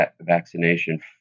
vaccination